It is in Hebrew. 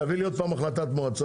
תביא לי עוד פעם החלטת מועצה.